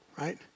Right